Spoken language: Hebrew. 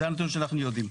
זה הנתון שאנחנו יודעים.